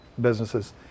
businesses